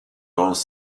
dans